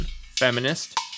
feminist